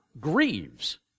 grieves